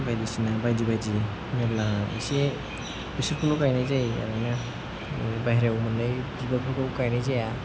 बायदिसिना बायदि बायदि मेल्ला एसे बिसोरखौल' गायनाय जायो आरोना बाहेरायाव मोननाय बिबारफोरखौ गायनाय जाया